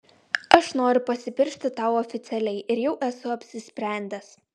aš noriu pasipiršti tau oficialiai ir jau esu apsisprendęs